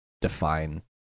define